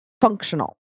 functional